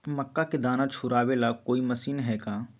मक्का के दाना छुराबे ला कोई मशीन हई का?